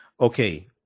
Okay